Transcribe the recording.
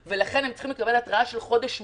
ולכן הם צריכים לקבל התראה של חודש מראש.